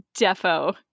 defo